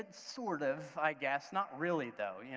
and sort of, i guess, not really though, yeah